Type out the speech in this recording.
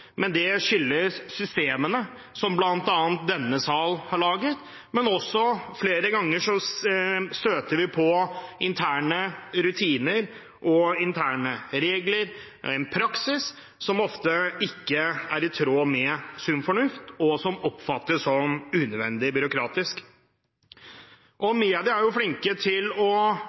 men det skyldes systemene som bl.a. er laget i denne sal. Flere ganger støter vi også på interne rutiner og interne regler og en praksis som ofte ikke er i tråd med sunn fornuft, og som oppfattes som unødvendig byråkratisk. Media er flinke til å